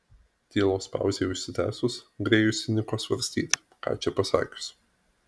tylos pauzei užsitęsus grėjus įniko svarstyti ką čia pasakius